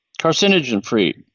carcinogen-free